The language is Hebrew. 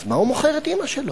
אז מה הוא מוכר את אמא שלו?